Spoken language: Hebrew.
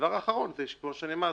והדבר האחרון, כפי שאמרתי,